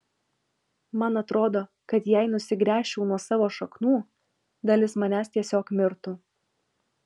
man atrodo kad jei nusigręžčiau nuo savo šaknų dalis manęs tiesiog mirtų